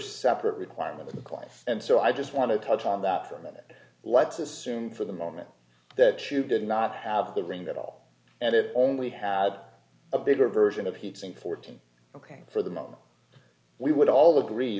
separate requirement of the costs and so i just want to touch on that for a minute let's assume for the moment that you did not have the ring at all and it only had a bigger version of heat sink fourteen ok for the moment we would all agree